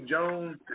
Jones